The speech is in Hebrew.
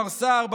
מר סער,